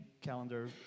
calendar